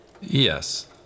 Yes